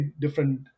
different